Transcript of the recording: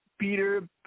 Peter